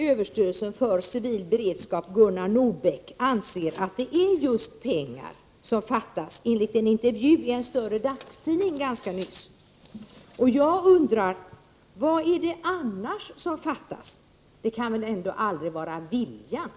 Fru talman! Generaldirektören i överstyrelsen för civil beredskap Gunnar Nordbeck anser, enligt en intervju i en större dagstidning ganska nyligen, att det är just pengar som fattas. Jag undrar vad det annars är som fattas, det kan väl aldrig vara viljan?